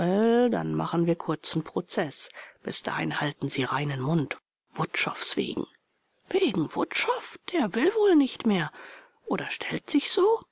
dann machen wir kurzen prozeß bis dahin halten sie reinen mund wutschows wegen wegen wutschow der will wohl nicht mehr oder stellt sich so